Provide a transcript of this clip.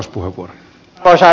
arvoisa puhemies